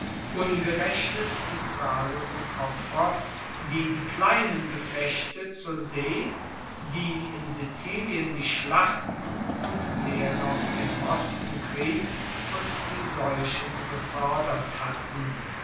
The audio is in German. ungerechnet die zahllosen opfer die die kleinen gefechte zur see die in sizilien die schlachten und mehr noch der postenkrieg und die seuchen gefordert hatten